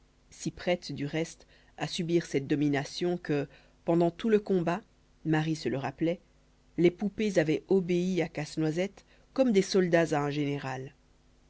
si prêtes du reste à subir cette domination que pendant tout le combat marie se le rappelait les poupées avaient obéi à casse-noisette comme des soldats à un général